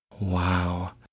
Wow